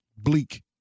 bleak